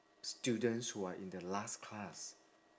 students who are in the last class